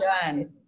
done